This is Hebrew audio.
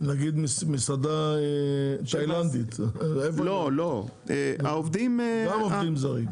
במסעדות תאילנדיות למשל מדובר בעובדים זרים.